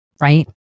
right